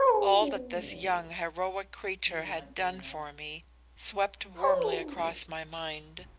all that this young, heroic creature had done for me swept warmly across my mind.